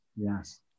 Yes